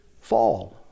fall